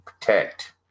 protect